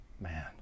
man